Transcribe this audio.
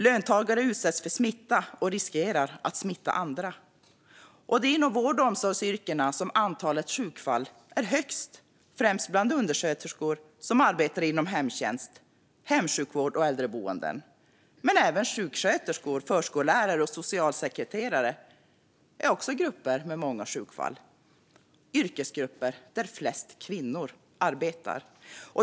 Löntagare utsätts för smitta och riskerar att smitta andra, och det är inom vård och omsorgsyrkena som antalet sjukfall är högst, främst bland undersköterskor som arbetar inom hemtjänst, hemsjukvård och äldreboenden, men även sjuksköterskor, förskollärare och socialsekreterare är grupper med många sjukfall. Det är yrkesgrupper där mest kvinnor arbetar.